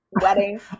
wedding